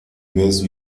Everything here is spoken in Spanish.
ves